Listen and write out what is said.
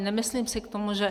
Nemyslím si k tomu, že...